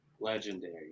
legendary